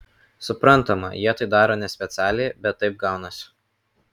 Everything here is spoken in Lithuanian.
suprantama jie tai daro nespecialiai bet taip gaunasi